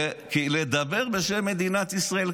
כי לדבר בשם מדינת ישראל,